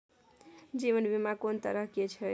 जीवन बीमा कोन तरह के छै?